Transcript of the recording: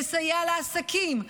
לסייע לעסקים,